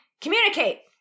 Communicate